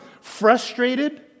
frustrated